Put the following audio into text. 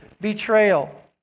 betrayal